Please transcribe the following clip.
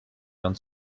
non